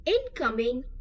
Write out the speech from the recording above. incoming